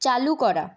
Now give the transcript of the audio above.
চালু করা